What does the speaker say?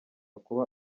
kuba